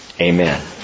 Amen